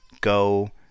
go